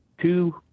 two